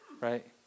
right